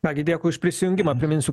ką gi dėkui už prisijungimą priminsiu